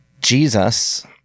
Jesus